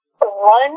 One